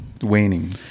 waning